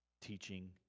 teaching